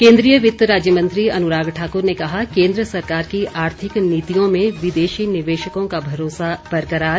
केंद्रीय वित्त राज्य मंत्री अनुराग ठाक्र ने कहा केंद्र सरकार की आर्थिक नीतियों में विदेशी निवेशकों का भरोसा बरकरार